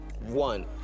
One